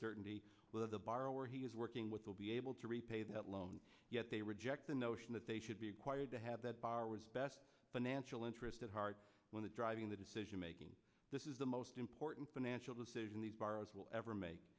certainty whether the borrower he is working with will be able to repay that loan yet they reject the notion that they should be required to have that borrowers best financial interest at heart when the driving the decision making this is the most important financial decision these borrowers will ever make